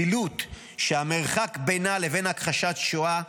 זילות, שהמרחק בינה לבין הכחשת שואה,